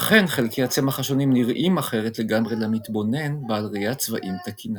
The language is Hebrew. לכן חלקי הצמח השונים נראים אחרת לגמרי למתבונן בעל ראיית צבעים תקינה.